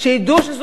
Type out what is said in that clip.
שידעו שזו